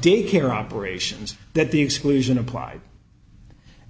daycare operations that the exclusion applied